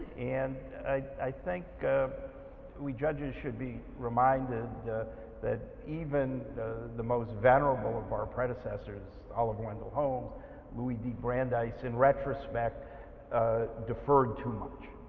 and i think we judges should be reminded that even the most venerable of our predecessors oliver wendell holmes louis brandeis in retrospect deferred too much,